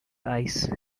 ice